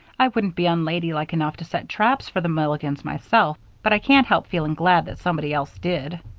i wouldn't be unladylike enough to set traps for the milligans myself, but i can't help feeling glad that somebody else did.